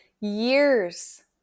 years